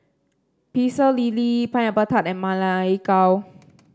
Pecel Lele Pineapple Tart and Ma Lai Gao